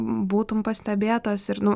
būtum pastebėtas ir nu